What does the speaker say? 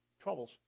troubles